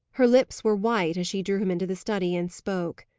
her lips were white, as she drew him into the study, and spoke.